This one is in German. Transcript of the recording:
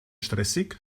stressig